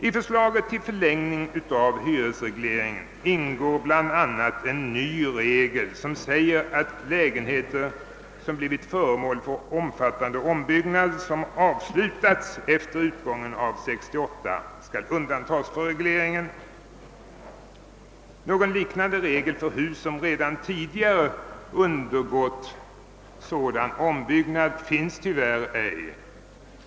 I förslaget till förlängning av hyresregleringen ingår bl.a. en ny regel, som säger att lägenheter vilka blivit föremål för omfattande ombyggnad som avslutats efter utgången av 1968 skall undantas från regleringen. Någon liknande regel för hus som redan tidigare undergått sådan ombyggnad finns tyvärr ej.